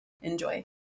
enjoy